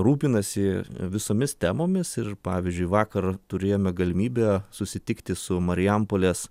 rūpinasi visomis temomis ir pavyzdžiui vakar turėjome galimybę susitikti su marijampolės